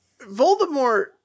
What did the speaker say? voldemort